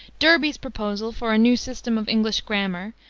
derby's proposal for a new system of english grammar,